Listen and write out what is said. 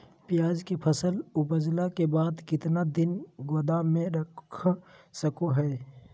प्याज के फसल उपजला के बाद कितना दिन गोदाम में रख सको हय?